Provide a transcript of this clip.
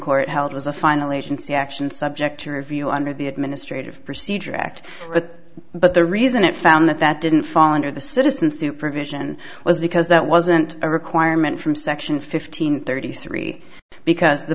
court held was a final agency action subject to review under the administrative procedure act but the reason it found that that didn't fall under the citizen supervision was because that wasn't a requirement from section fifteen thirty three because the